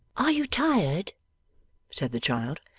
are you tired said the child,